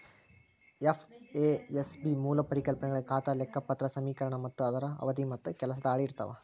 FASB ಮೂಲ ಪರಿಕಲ್ಪನೆಗಳ ಖಾತಾ ಲೆಕ್ಪತ್ರ ಸಮೇಕರಣ ಮತ್ತ ಅದರ ಅವಧಿ ಮತ್ತ ಕೆಲಸದ ಹಾಳಿ ಇರ್ತಾವ